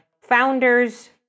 founders